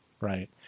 Right